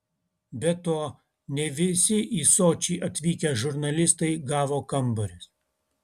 be to ne visi į sočį atvykę žurnalistai gavo kambarius